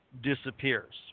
disappears